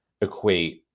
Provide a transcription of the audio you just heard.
equate